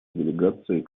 делегации